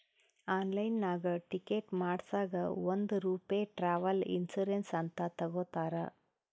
ಆನ್ಲೈನ್ನಾಗ್ ಟಿಕೆಟ್ ಮಾಡಸಾಗ್ ಒಂದ್ ರೂಪೆ ಟ್ರಾವೆಲ್ ಇನ್ಸೂರೆನ್ಸ್ ಅಂತ್ ತಗೊತಾರ್